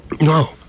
No